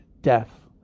death